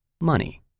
money